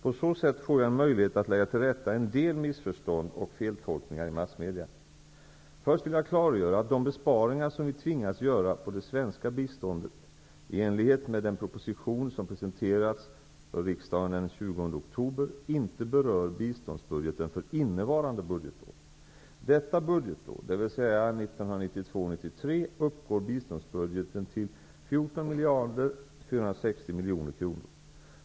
På så sätt får jag en möjlighet att lägga till rätta en del missförstånd och feltolkningar i massmedia. Först vill jag klargöra att de besparingar som vi tvingats göra på det svenska biståndet, i enlighet med den proposition som presenterats för riksdagen den 20 oktober, inte berör biståndsbudgeten för innevarande budgetår. Detta budgetår, dvs. 1992/93, uppgår biståndsbudgeten till 14 460 000 000 kr.